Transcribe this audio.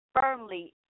firmly